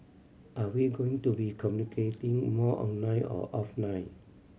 are we going to be communicating more online or offline